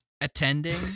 attending